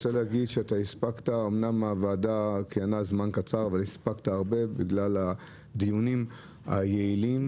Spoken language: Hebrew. הספקת אמנם הוועדה כיהנה זמן קצר אבל הספקת הרבה בגלל הדיונים היעילים,